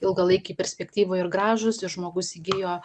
ilgalaikėj perspektyvoj ir gražūs ir žmogus įgijo